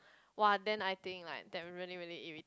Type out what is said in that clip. !wah! then I think like that really really irri~